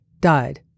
died